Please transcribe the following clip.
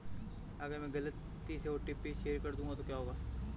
अगर मैं गलती से ओ.टी.पी शेयर कर दूं तो क्या होगा?